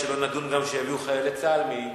שלא נדון גם שיביאו חיילי צה"ל מסין.